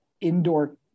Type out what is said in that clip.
indoor